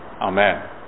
Amen